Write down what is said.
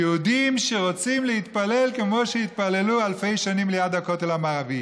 היהודים שרוצים להתפלל כמו שהתפללו אלפי שנים ליד הכותל המערבי.